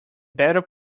better